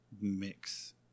mix